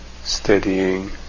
steadying